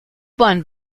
bahn